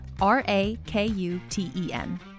R-A-K-U-T-E-N